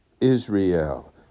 Israel